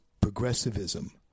progressivism